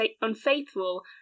unfaithful